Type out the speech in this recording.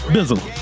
Bizzle